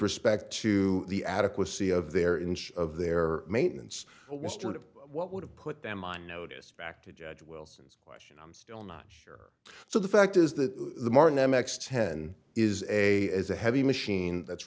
respect to the adequacy of their inch of their maintenance a western of what would have put them on notice back to judge wilson's question i'm still not sure so the fact is that the martin m x ten is a is a heavy machine that's